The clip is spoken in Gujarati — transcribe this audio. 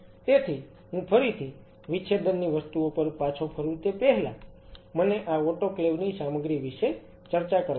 તેથી હું ફરીથી વિચ્છેદનની વસ્તુઓ પર પાછો ફરૂ તે પહેલા મને આ ઓટોક્લેવ ની સામગ્રી વિશે ચર્ચા કરવા દો